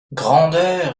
grandeur